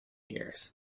years